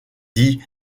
dit